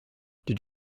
did